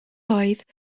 oedd